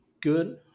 good